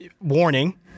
warning